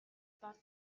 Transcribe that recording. бол